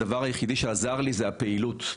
הדבר היחיד שעזר לי הוא הפעילות.